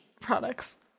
products